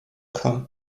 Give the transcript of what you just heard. come